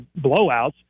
blowouts